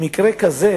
במקרה כזה,